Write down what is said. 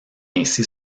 ainsi